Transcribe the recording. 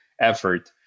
effort